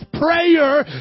prayer